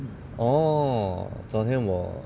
oh 昨天我